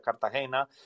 Cartagena